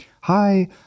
hi